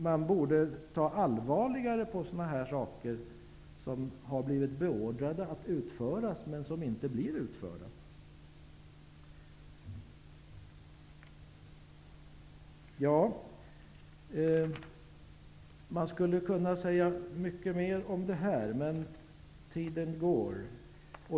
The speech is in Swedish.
Man borde ta allvarligare på sådana saker som har blivit beordrade, men som inte blivit utförda. Man skulle kunna säga mycket mer om detta, men tiden går.